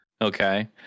Okay